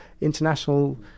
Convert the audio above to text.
international